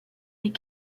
des